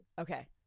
Okay